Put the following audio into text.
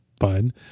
fun